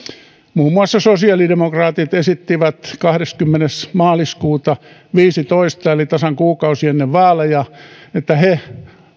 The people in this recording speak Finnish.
muun muassa sosiaalidemokraatit esittivät kahdeskymmenes maaliskuuta viisitoista eli tasan kuukausi ennen vaaleja että he